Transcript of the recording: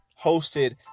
hosted